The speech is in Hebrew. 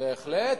בהחלט.